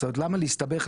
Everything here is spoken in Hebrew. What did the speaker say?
זאת אומרת למה להסתבך,